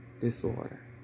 disorder